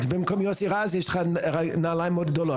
במקום מוסי רז יש לך נעליים מאוד גדולות,